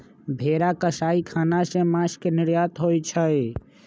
भेरा कसाई ख़ना से मास के निर्यात होइ छइ